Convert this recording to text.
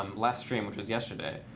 um last stream, which was yesterday.